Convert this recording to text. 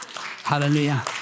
Hallelujah